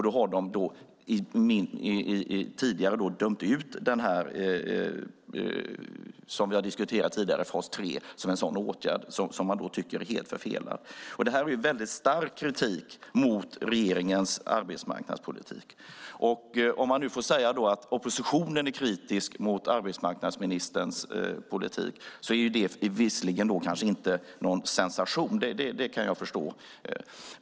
Då har de tidigare dömt ut fas 3, som vi har diskuterat, som är en sådan åtgärd som man tycker är helt förfelad. Det här är en väldigt stark kritik mot regeringens arbetsmarknadspolitik. Om man nu säger att oppositionen är kritisk mot arbetsmarknadsministerns politik är det visserligen inte någon sensation - det kan jag förstå.